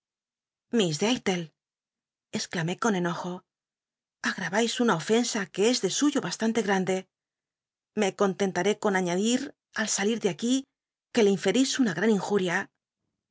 liiss dmllc exclamé con enojo agta ais una ofensa que es de suyo bastante grande me contentaré con añadir tl salir de aquí que le inferís una gtan